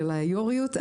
של היו"ריות.